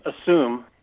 assume